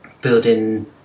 building